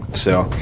so